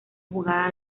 jugada